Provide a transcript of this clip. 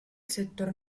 sector